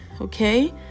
okay